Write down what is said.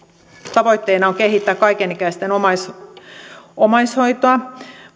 tavoitteena on kehittää kaikenikäisten omaishoitoa